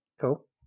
Cool